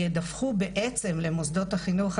שידווחו בעצם למוסדות החינוך,